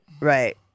Right